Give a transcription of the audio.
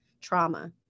trauma